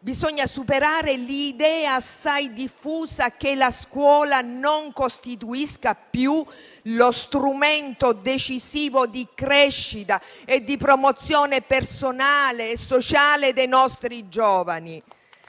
bisogna superare l'idea assai diffusa che la scuola non costituisca più lo strumento decisivo di crescita e di promozione personale e sociale dei nostri giovani.